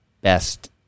best